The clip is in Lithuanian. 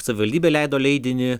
savivaldybė leido leidinį